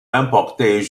emporter